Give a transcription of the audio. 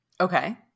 Okay